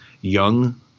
young